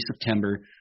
September